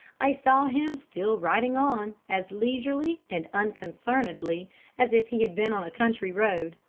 i saw him still riding on, as leisurely and unconcernedly as if he had been on a country road.